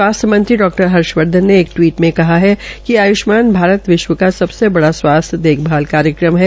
स्वास्थ्य मंत्री डा हर्षवर्धन ने एक टिवीट में कहा है कि आय्ष्मान भारत विश्व का सबसे बड़ा स्वासथ्य देशभाल कार्यक्रम है